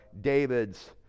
David's